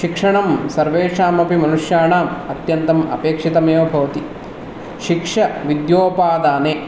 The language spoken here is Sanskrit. शिक्षणं सर्वेषामपि मनुष्याणाम् अत्यन्तम् अपेक्षितमेव भवति शिक्ष विद्योपादाने